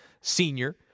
senior